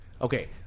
okay